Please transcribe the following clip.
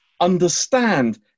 understand